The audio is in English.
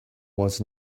was